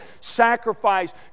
sacrifice